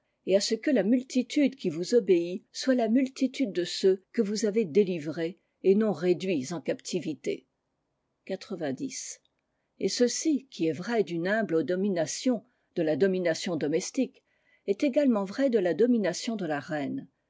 et à ce que la multitude qui vous obéit soit la multitude de ceux que vous avez délivrés et non réduits en captivité go et ceci qui est vrai d'une humble domination de la domination domestique est également vrai de la domination de la reine